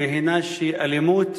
הינה שאלימות